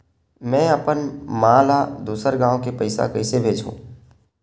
में अपन मा ला दुसर गांव से पईसा कइसे भेजहु?